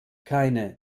keine